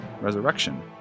resurrection